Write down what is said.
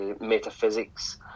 metaphysics